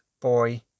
Boy